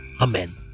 Amen